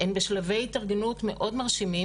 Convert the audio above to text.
הן בשלבי התארגנות מאוד מרשימים,